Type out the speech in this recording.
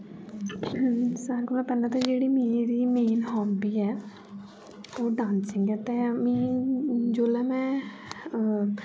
सारे कोला पेह्लै ते जेह्ड़ी मेरी मेन हाबी ऐ ओह् डांसिंग ऐ ते में जोल्लै में